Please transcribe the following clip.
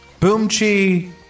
Boomchi